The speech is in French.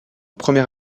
premier